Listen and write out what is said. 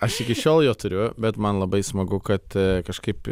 aš iki šiol jo turiu bet man labai smagu kad kažkaip